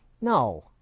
no